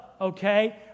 Okay